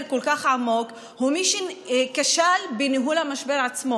כל כך עמוק הוא מי שכשל בניהול המשבר עצמו.